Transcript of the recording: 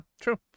true